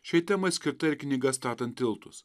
šiai temai skirta ir knyga statant tiltus